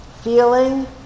feeling